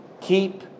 keep